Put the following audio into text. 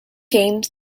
games